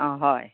অঁ হয়